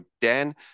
Dan